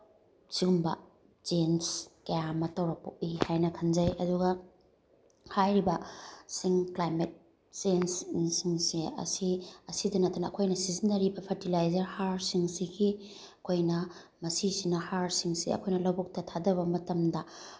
ꯁꯤꯒꯨꯝꯕ ꯆꯦꯟꯁ ꯀꯌꯥ ꯑꯃ ꯇꯧꯔꯛꯄ ꯄꯣꯛꯏ ꯍꯥꯏꯅ ꯈꯟꯖꯩ ꯑꯗꯨꯒ ꯍꯥꯏꯔꯤꯕꯁꯤꯡ ꯀ꯭ꯂꯥꯏꯃꯦꯠ ꯆꯦꯟꯁꯁꯤꯡꯁꯦ ꯑꯁꯤ ꯑꯁꯤꯗ ꯅꯠꯇꯅ ꯑꯩꯈꯣꯏꯅ ꯁꯤꯖꯟꯅꯔꯤꯕ ꯐꯔꯇꯤꯂꯥꯏꯖꯔ ꯍꯥꯔꯁꯤꯡꯁꯤꯒꯤ ꯑꯩꯈꯣꯏꯅ ꯃꯁꯤꯁꯤꯅ ꯍꯥꯔꯁꯤꯡꯁꯦ ꯑꯩꯈꯣꯏꯅ ꯂꯧꯕꯨꯛꯇ ꯊꯥꯗꯕ ꯃꯇꯝꯗ